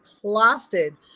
plastered